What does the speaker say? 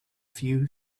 few